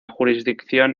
jurisdicción